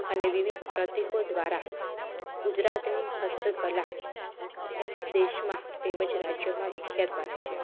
અને વિવિધ પ્રતીકો દ્વારા ગુજરાતની હસ્તકલા એ દેશમાં તેમજ રાજ્યોમાં વિખ્યાત બને છે